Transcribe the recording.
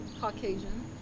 Caucasian